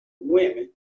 women